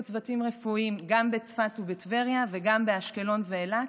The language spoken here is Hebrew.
צוותים רפואיים גם בצפת ובטבריה וגם באשקלון ובאילת,